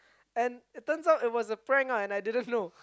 and it turns out that it was a prank ah and I didn't know